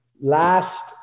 last